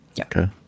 Okay